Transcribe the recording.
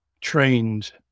trained